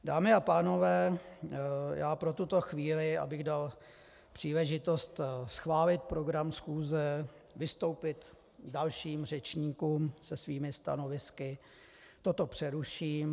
Dámy a pánové, já pro tuto chvíli, abych dal příležitost schválit program schůze, vystoupit dalším řečníkům se svými stanovisky, toto přeruším.